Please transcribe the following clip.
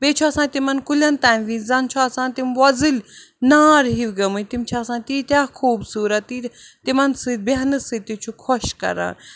بیٚیہِ چھُ آسان تِمَن کُلٮ۪ن تَمہِ وِزِ زَن چھُ آسان تِم وۄزٕلۍ نار ہِو گٔمٕتۍ تِم چھِ آسان تیٖتیاہ خوٗبصورت تِمَن سۭتۍ بٮ۪ہنہٕ سۭتی چھُ خۄش کران